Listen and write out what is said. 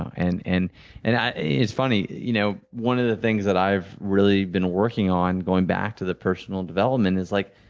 and and and it's funny, you know one of the things that i've really been working on, going back to the personal development is like,